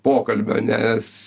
pokalbio nes